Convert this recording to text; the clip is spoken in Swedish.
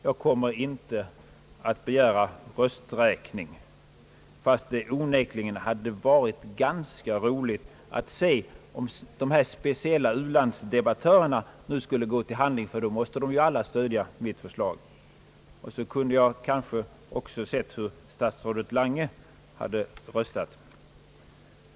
Jag kommer inte att begära rösträkning, fastän det onekligen hade varit ganska roligt att se om de speciella u-landsdebattörerna nu skulle gå till handling. Då måste de ju alla stödja mitt förslag. Jag kunde då också ha sett hur statsrådet Lange hade röstat.